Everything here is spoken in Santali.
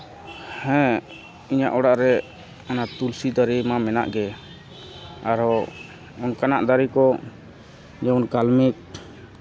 ᱦᱮᱸ ᱤᱧᱟᱹᱜ ᱚᱲᱟᱜ ᱨᱮ ᱚᱱᱟ ᱛᱩᱞᱥᱤ ᱫᱟᱨᱮ ᱢᱟ ᱢᱮᱱᱟᱜ ᱜᱮ ᱟᱨᱚ ᱱᱚᱝᱠᱟᱱᱟᱜ ᱫᱟᱨᱮ ᱠᱚ ᱡᱮᱢᱚᱱ ᱠᱟᱞᱢᱮᱜᱽ